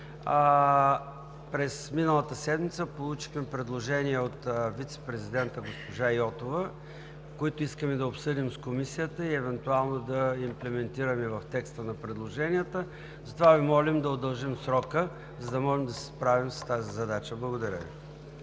През миналата седмица получихме предложения от вицепрезидента госпожа Йотова, които искаме да обсъдим с Комисията и евентуално да имплементираме в текста на предложенията. Затова Ви молим да удължим срока, за да можем да се справим с тази задача. Благодаря Ви.